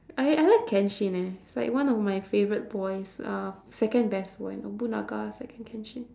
I I like kenshin eh he's like one of my favourite boys uh second best boy nobunaga second kenshin